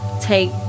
take